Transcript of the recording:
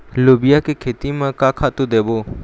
लोबिया के खेती म का खातू देबो?